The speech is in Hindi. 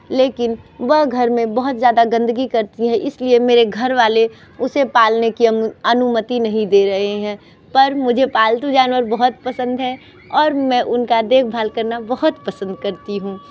लेकिन वह घर में बहुत ज़्यादा गंदगी करती है इसलिए मेरे घर वाले उसे पालने की अनुमति नहीं दे रहे हैं पर मुझे पालतू जानवर बहुत पसंद है और मैं उनका देखभाल करना बहुत पसंद करती हूँ